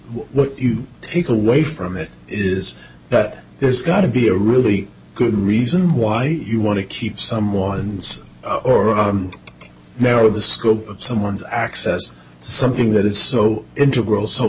what you take away from it is that there's got to be a really good reason why you want to keep someone's or narrow the scope of someone's access something that is so integral so